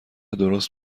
درست